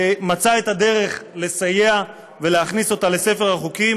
מצא את הדרך לסייע להכניס אותה לספר החוקים